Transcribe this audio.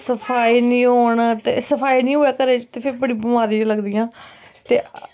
सफाई नी होऐ घरै ते फ्ही बड़ियां बमारियां लगदियां ते